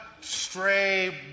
stray